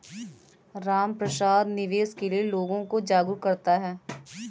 रामप्रसाद निवेश के लिए लोगों को जागरूक करता है